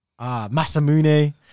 Masamune